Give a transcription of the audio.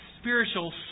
spiritual